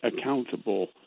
accountable